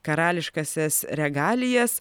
karališkąsias regalijas